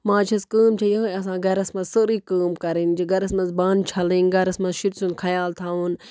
ماجہِ ہِنٛز کٲم چھےٚ یِہوٚے آسان گَرَس منٛز سٲرٕے کٲم کَرٕنۍ جہِ گَرَس منٛز بانہٕ چھَلٕنۍ گَرَس منٛز شُرۍ سُنٛد خیال تھاوُن